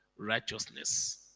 Righteousness